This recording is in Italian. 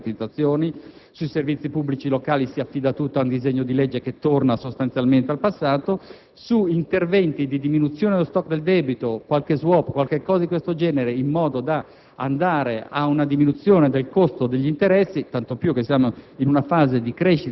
quanto concerne la riduzione dello *stock* del debito. Non c'è un'iniziativa relativamente al tema delle privatizzazioni; sui servizi pubblici locali si affida tutto ad un disegno di legge che torna sostanzialmente al passato; su interventi di diminuzione dello *stock* del debito, con qualche *swap* o strumenti di questo genere per ridurre